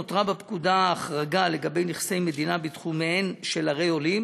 נותרה בפקודה ההחרגה לגבי נכסי מדינה בתחומיהן של ערי עולים,